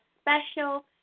special